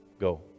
Go